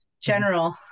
general